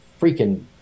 freaking